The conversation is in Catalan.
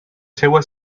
seua